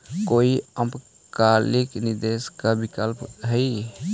कोई अल्पकालिक निवेश ला विकल्प हई?